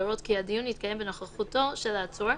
להורות כי הדיון יתקיים בנוכחותו של העצור,